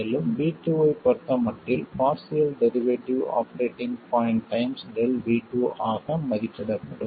மேலும் V2 ஐப் பொறுத்தமட்டில் partial derivative operating point times ΔV2 ஆக மதிப்பிடப்படும்